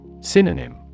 Synonym